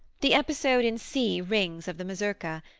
the episode in c rings of the mazurka,